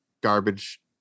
garbage